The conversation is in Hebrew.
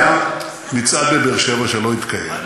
היה מצעד בבאר-שבע שלא התקיים.